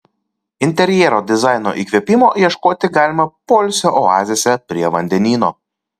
interjero dizaino įkvėpimo ieškoti galima poilsio oazėse prie vandenyno